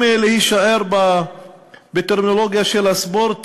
אם להישאר בטרמינולוגיה של הספורט,